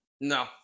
No